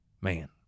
Man